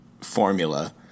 formula